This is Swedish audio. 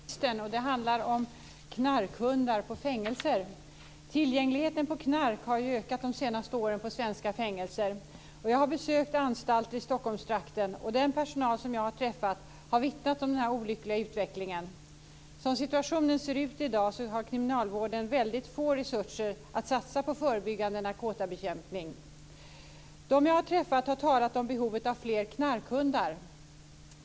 Fru talman! Jag vill ställa en fråga till justitieministern, och den handlar om knarkhundar på fängelser. Tillgängligheten på knark har ökat på svenska fängelser de senaste åren. Jag har besökt anstalter i Stockholmstrakten, och den personal som jag har träffat har vittnat om den olyckliga utvecklingen. Som situationen ser ut i dag har kriminalvården väldigt få resurser att satsa på förebyggande narkotikabekämpning. De som jag har träffat har talat om behovet av fler knarkhundar.